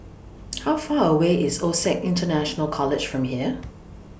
How Far away IS OSAC International College from here